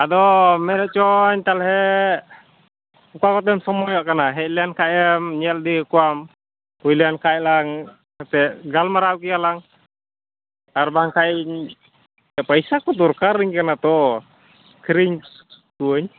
ᱟᱫᱚ ᱢᱮᱱᱮᱫ ᱪᱚᱧ ᱛᱟᱦᱚᱞᱮ ᱚᱠᱟ ᱠᱚᱛᱮᱢ ᱥᱚᱢᱳᱭᱚᱜ ᱠᱟᱱᱟ ᱦᱮᱡ ᱞᱮᱱ ᱠᱷᱟᱱᱮᱢ ᱧᱮᱞ ᱤᱫᱤ ᱠᱮᱠᱚᱣᱟᱢ ᱦᱩᱭᱞᱮᱱ ᱠᱷᱟᱱ ᱞᱟᱝ ᱥᱮ ᱜᱟᱞᱢᱟᱨᱟᱣ ᱠᱮᱭᱟ ᱞᱟᱝ ᱟᱨ ᱵᱟᱝ ᱠᱷᱟᱱ ᱤᱧ ᱯᱚᱭᱥᱟ ᱠᱚ ᱫᱚᱨᱟᱹᱧ ᱠᱟᱱᱟ ᱛᱚ ᱠᱷᱟᱨᱤᱧ ᱠᱚᱣᱟᱧ